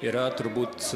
yra turbūt